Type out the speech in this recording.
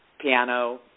piano